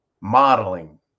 modeling